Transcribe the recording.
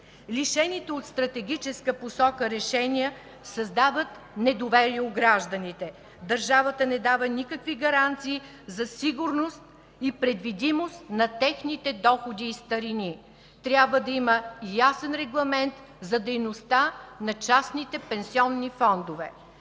Лишените от стратегическа посока решения създават недоверие у гражданите. Държавата не дава никакви гаранции за сигурност и предвидимост на техните доходи и старини. Трябва да има ясен регламент за дейността на частните пенсионни фондове.